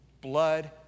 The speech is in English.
Blood